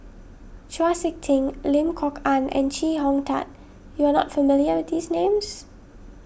Chau Sik Ting Lim Kok Ann and Chee Hong Tat you are not familiar with these names